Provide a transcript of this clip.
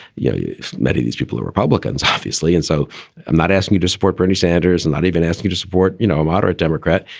you know, you've met these people who republicans, obviously. and so i'm not asking you to support bernie sanders and not even ask you to support, you know, moderate democrat.